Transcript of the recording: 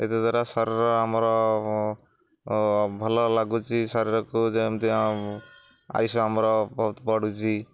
ଏତଦ୍ୱାରା ଶରୀର ଆମର ଭଲ ଲାଗୁଛି ଶରୀରକୁ ଯେମିତି ଆୟୁଷ ଆମର ବହୁତ ବଢ଼ୁଛି